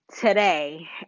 today